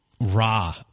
Raw